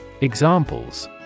Examples